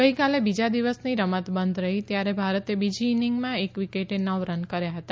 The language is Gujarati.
ગઇકાલે બીજા દિવસની રમત બંધ રહી ત્યારે ભારતે બીજી ઇનિંગમાં એક વિકેટે નવ રન કર્યા હતા